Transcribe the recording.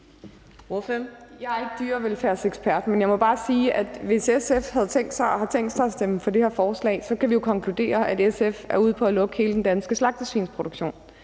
Jeg er ikke dyrevelfærdsekspert, men jeg må bare sige, at hvis SF har tænkt sig at stemme for det her forslag, kan vi jo konkludere, at SF er ude på at lukke hele den danske slagtesvinsproduktion.